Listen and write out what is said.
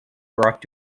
brought